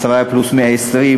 אשראי פלוס 120,